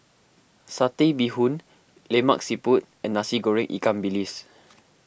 Satay Bee Hoon Lemak Siput and Nasi Goreng Ikan Bilis